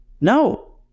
No